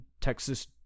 texas